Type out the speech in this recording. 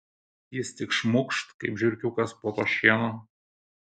jis tik šmukšt kaip žiurkiukas po tuo šienu